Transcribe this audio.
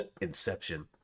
Inception